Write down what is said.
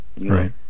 Right